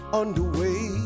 underway